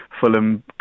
Fulham